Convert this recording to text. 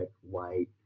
white